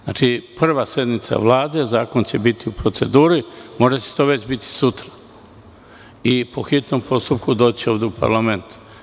Znači, prva sednica Vlade, zakon će biti u proceduri, možda će to već biti sutra i po hitnom postupku doći ovde u parlament.